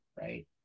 right